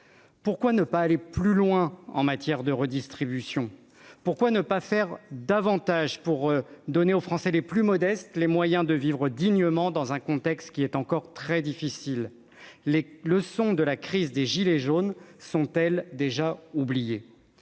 Pourquoi ne pas aller plus loin en matière de redistribution ? Pourquoi ne pas faire davantage pour donner aux Français les plus modestes les moyens de vivre dignement dans un contexte encore très difficile ? Les leçons de la crise des « gilets jaunes » sont-elles déjà oubliées ?